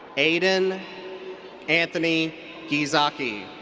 aidan anthony giesecke.